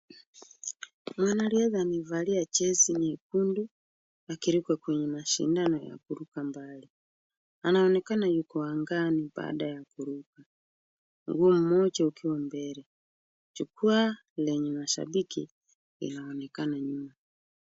Manales amevalia jesi nyekundu, akiruka kwenye mashindano ya kuruka mbali. Anaonekana yuko angani baada ya kuruka, miguu moja ikiwa mbele jukua lenye mashabiki linaonekana nyuma.